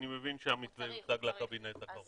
אני הבנתי שהמתווה יוצג בקבינט הקרוב.